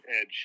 edge